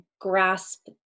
grasp